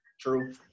True